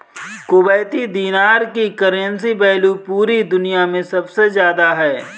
Kuwaiti दीनार की currency value पूरी दुनिया मे सबसे ज्यादा है